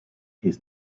his